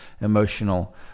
emotional